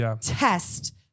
test